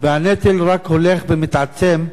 והנטל רק הולך ומתעצם,